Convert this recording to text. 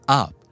up